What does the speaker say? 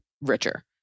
richer